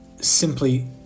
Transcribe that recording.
simply